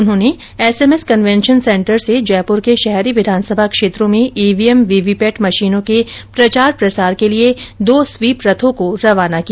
उन्होंने SMS convention centre से जयपुर के शहरी विधानसभा क्षेत्रों में ईवीएम वीवीपैट मशीनों के प्रचार प्रसार के लिए दो स्वीप रथों को रवाना किया